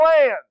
land